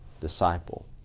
disciple